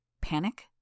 Panic